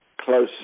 close